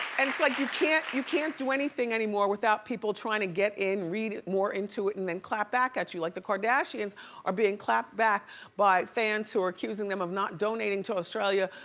and it's like you can't you can't do anything anymore without people trying to get in, read more into it, and then clap back at you. like the kardashians are being clapped back by fans who are accusing them of not donating to australia,